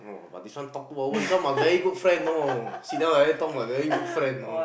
but this one talk two hours this one must very good friend know sit down like that talk must be very good friend know